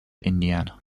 indiana